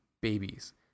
babies